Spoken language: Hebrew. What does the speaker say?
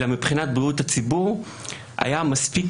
אלא מבחינת בריאות הציבור היה מספיק